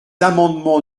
amendements